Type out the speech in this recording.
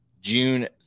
June